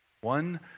One